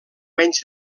menys